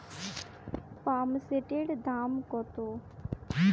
পাম্পসেটের দাম কত?